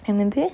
என்னது:ennathu